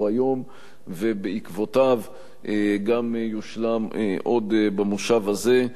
היום ובעקבותיו גם יושלם עוד במושב הזה.